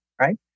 right